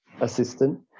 assistant